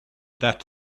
that